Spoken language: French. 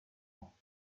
routes